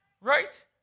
Right